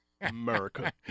America